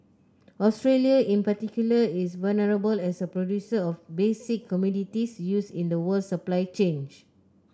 Australia in particular is vulnerable as a producer of basic commodities used in the world supply chain